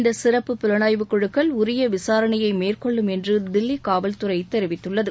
இந்த சிறப்பு புலனாய்வு குழுக்கள் உரிய விசாரணையை மேற்கொள்ளும் என்று தில்லி காவல்துறை தெரிவித்துள்ளது